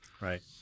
right